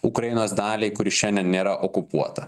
ukrainos daliai kuri šiandien nėra okupuota